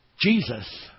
Jesus